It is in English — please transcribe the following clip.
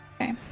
Okay